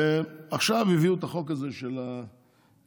עכשיו הביאו את החוק הזה של הגיוס.